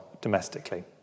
domestically